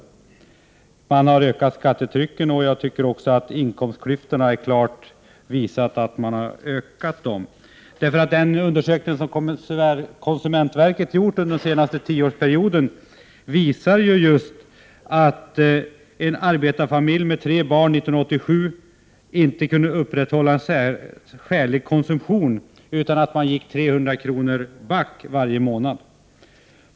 Skattetrycket har ökat och jag tycker också att inkomstklyftorna klart har ökat. Den undersökning som konsumentverket gjort under den senaste tioårsperioden visar just att en arbetarfamilj med tre barn 1987 inte kunde upprätthålla en skälig konsumtion utan att gå 300 kr. back varje månad.